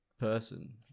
person